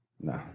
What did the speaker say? No